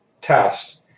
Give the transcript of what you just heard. test